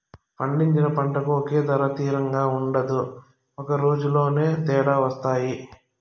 పండించిన పంటకు ఒకే ధర తిరంగా ఉండదు ఒక రోజులోనే తేడా వత్తాయి